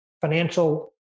financial